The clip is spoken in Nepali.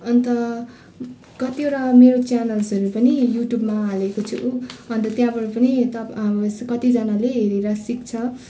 अन्त कतिवटा मेरो च्यानल्सहरू पनि युट्युबमा हालेको छु अन्त त्यहाँबाट पनि तप मिन्स कतिजनाले हेरेर सिक्छ